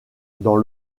dans